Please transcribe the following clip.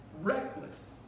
reckless